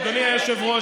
אדוני היושב-ראש,